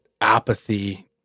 apathy